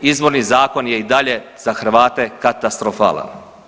izborni zakon je i dalje za Hrvate katastrofalan.